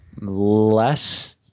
less